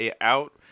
out